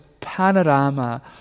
panorama